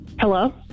Hello